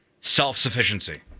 self-sufficiency